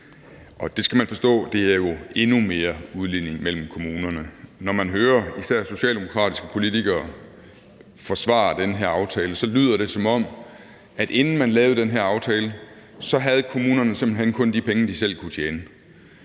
der skal man jo forstå, at det er endnu mere udligning mellem kommunerne. Når man hører især socialdemokratiske politikere forsvare den her aftale, lyder det, som om kommunerne, inden man lavede den her aftale, simpelt hen kun havde de penge, de selv kunne tjene.